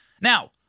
Now